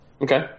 Okay